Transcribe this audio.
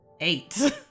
Eight